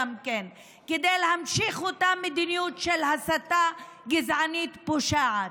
כדי להמשיך את אותה מדיניות של הסתה גזענית פושעת.